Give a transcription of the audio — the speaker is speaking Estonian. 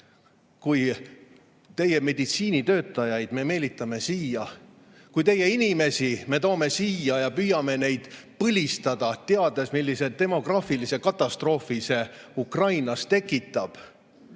me teie meditsiinitöötajaid siia meelitame, kui me teie inimesi toome siia ja püüame neid põlistada, teades, millise demograafilise katastroofi see Ukrainas tekitab?"?